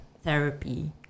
therapy